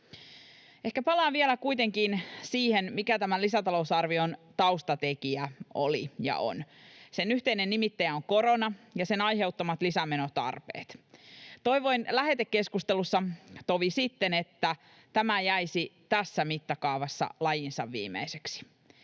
Ehkä palaan vielä kuitenkin siihen, mikä tämän lisätalousarvion taustatekijä oli ja on. Sen yhteinen nimittäjä on korona ja sen aiheuttamat lisämenotarpeet. Toivoin lähetekeskustelussa tovi sitten, että tämä jäisi tässä mittakaavassa lajinsa viimeiseksi.